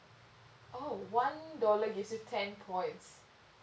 oh one dollar gives you ten points